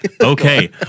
okay